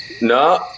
no